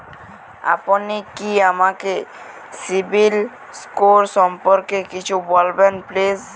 আপনি কি আমাকে সিবিল স্কোর সম্পর্কে কিছু বলবেন প্লিজ?